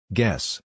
Guess